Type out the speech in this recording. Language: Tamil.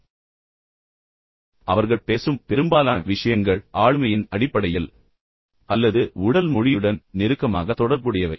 நான் சொன்னது போல் அவர்கள் பேசும் பெரும்பாலான விஷயங்கள் ஆளுமையின் அடிப்படையில் அல்லது உடல் மொழியுடன் நெருக்கமாக தொடர்புடையவை